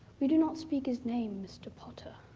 we do not speak his name, mr. potter,